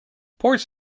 ports